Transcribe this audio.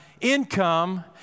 income